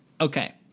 Okay